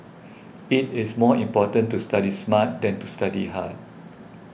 it is more important to study smart than to study hard